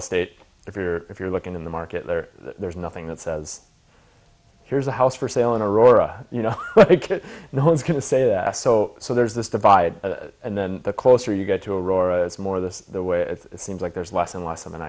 estate if you're if you're looking in the market there there's nothing that says here's a house for sale in a rora you know no one's going to say that so so there's this divide and then the closer you get to a roar as more of this the way it seems like there's less and less of an